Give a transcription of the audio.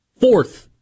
Fourth